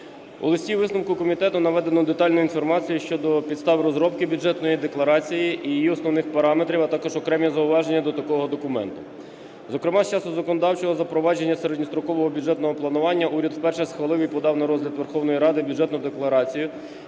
У листі-висновку комітету наведено детальну інформацію щодо підстав розробки Бюджетної декларації і її основних параметрів, а також окремі зауваження до такого документа. Зокрема, з часу законодавчого запровадження середньострокового бюджетного планування уряд вперше схвалив і подав на розгляд Верховної Ради Бюджету декларацію,